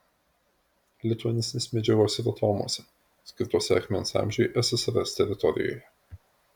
lituanistinės medžiagos yra tomuose skirtuose akmens amžiui ssrs teritorijoje